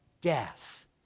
death